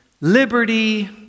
liberty